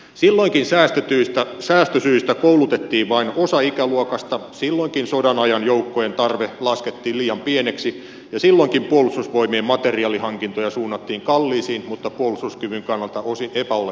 silloinkin säästösyistä koulutettiin vain osa ikäluokasta silloinkin sodan ajan joukkojen tarve laskettiin liian pieneksi ja silloinkin puolustusvoimien materiaalihankintoja suunnattiin kalliisiin mutta puolustuskyvyn kannalta osin epäolennaisiin asejärjestelmiin